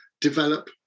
develop